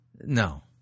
No